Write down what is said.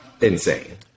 insane